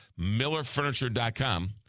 MillerFurniture.com